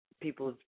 people